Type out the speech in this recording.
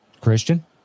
christian